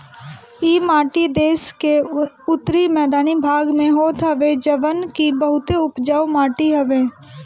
इ माटी देस के उत्तरी मैदानी भाग में होत हवे जवन की बहुते उपजाऊ माटी हवे